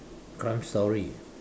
crime story